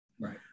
Right